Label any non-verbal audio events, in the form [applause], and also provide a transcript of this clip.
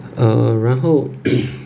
err 然后 [coughs]